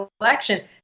election